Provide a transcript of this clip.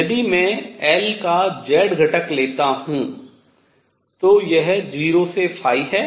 यदि मैं L का z घटक लेता हूँ तो यह 0 से है